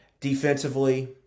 Defensively